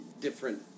different